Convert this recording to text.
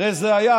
הרי זה היה.